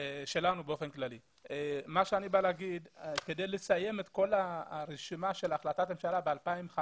אני בא לומר שכדי לסיים את כל הרשימה של החלטת ממשלה ב-2015,